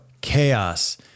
chaos